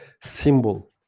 symbol